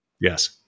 Yes